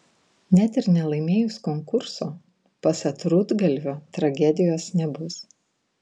net ir nelaimėjus konkurso pasak rudgalvio tragedijos nebus